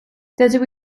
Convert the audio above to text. dydw